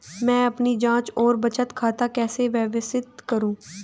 मैं अपनी जांच और बचत खाते कैसे व्यवस्थित करूँ?